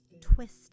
Twist